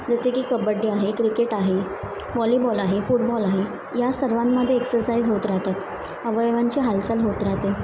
जसे की कब्बडी आहे क्रिकेट आहे व्हॉलीबॉल आहे फुटबॉल आहे या सर्वांमध्ये एक्सरसाइज होत राहतात अवयवांची हालचाल होत राहते